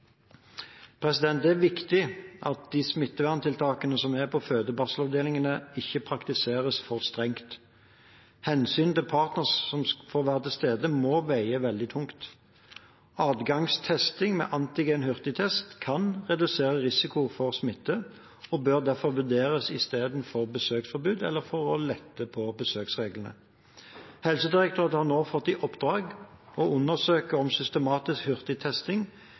Det er viktig at de smitteverntiltakene som er på føde- og barselavdelingene, ikke praktiseres for strengt. Hensynet til at partner skal få være til stede, må veie veldig tungt. Adgangstesting med antigen-hurtigtest kan redusere risiko for smitte og bør derfor vurderes istedenfor besøksforbud eller for å lette på besøksreglene. Helsedirektoratet har nå fått i oppdrag å undersøke om systematisk